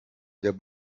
der